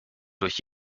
durch